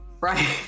right